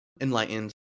enlightened